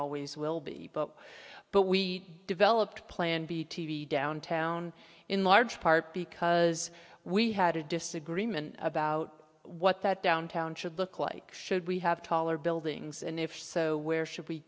always will be but we developed plan b t v downtown in large part because we had a disagreement about what that downtown should look like should we have taller buildings and if so where should we